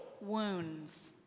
wounds